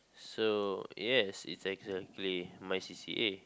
so yes it's exactly my C_C_A